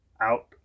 out